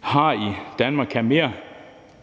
har i »Danmark kan mere«,